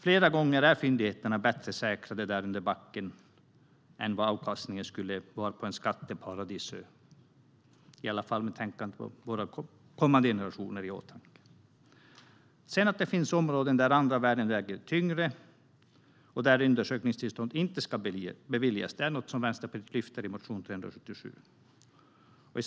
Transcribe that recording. Att det sedan finns områden där andra värden väger tyngre och där undersökningstillstånd inte ska beviljas lyfter Vänsterpartiet fram i motion 377.